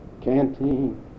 canteen